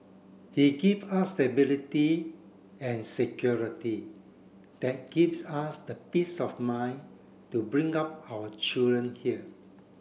he give us stability and security that gives us the peace of mind to bring up our children here